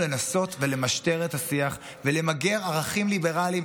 לנסות ולמשטר את השיח ולמגר ערכים ליברליים,